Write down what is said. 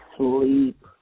Sleep